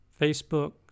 Facebook